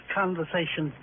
conversation